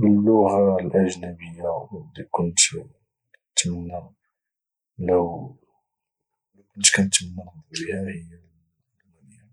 اللغه الاجنبيه اللي كنت كانتمنى لو كنت كانتمنى نهضر بها هي الالمانيه